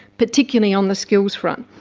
particularly on the skills front.